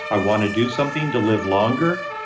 i want to do something to live longer,